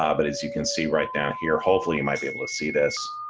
um but as you can see right down here. hopefully, you might be able to see this.